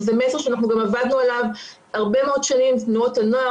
וזה מסר שאנחנו גם עבדנו עליו הרבה מאוד שנים עם תנועות הנוער